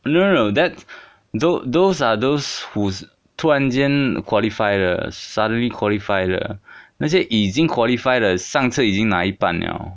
no no no that tho- those are those whos 突然间 qualify 的 suddenly qualify 的那些已经 qualify 的上次已经拿一半了